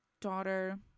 daughter